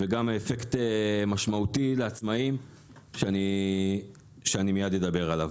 וגם אפקט משמעותי לעצמאים שאני מייד אדבר עליו.